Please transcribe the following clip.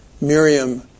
Miriam